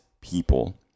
people